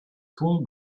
cool